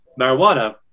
marijuana